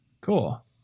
cool